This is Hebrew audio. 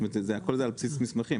הכול על בסיס מסמכים,